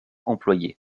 employé